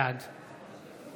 בעד